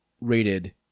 rated